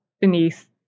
beneath